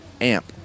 AMP